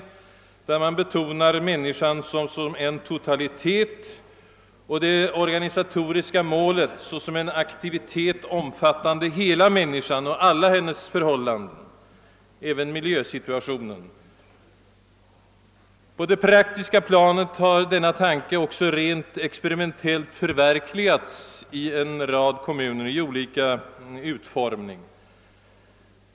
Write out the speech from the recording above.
Enligt denna betrak tas människan som en totalitet, och det organisatoriska målet är uppbyggnaden av en behandlingsaktivitet omfattande hela människan och alla hennes förhållanden, även miljösituationen och den yttre livsstrukturen. På det praktiska planet har denna tanke också rent experimentellt förverkligats i olika utformning i rätt många kommuner.